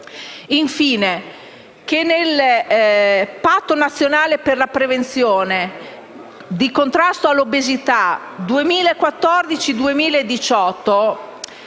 chiediamo che nel patto nazionale della prevenzione e il contrasto all'obesità 2014-2018